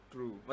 True